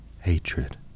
hatred